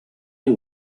you